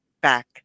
back